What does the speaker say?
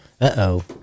uh-oh